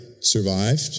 survived